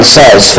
says